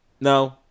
No